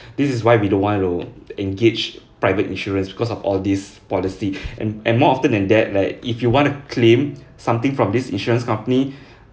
this is why we don't want to engage private insurance because of all this policy and and more often than that right if you want to claim something from this insurance company